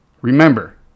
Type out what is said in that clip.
remember